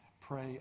pray